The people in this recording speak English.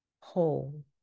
whole